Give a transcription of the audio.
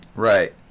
Right